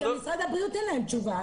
משרד הבריאות אין להם תשובה.